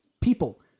people